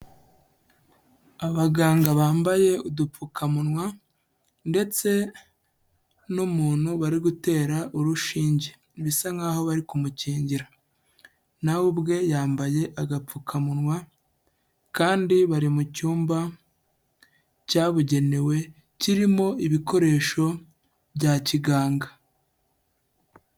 Abaganga bambaye udupfukamunwa ndetse n'umuntu bari gutera urushinge, bisa nkaho bari kumukingira, na we ubwe yambaye agapfukamunwa kandi bari mu cyumba cyabugenewe kirimo ibikoresho bya kiganga.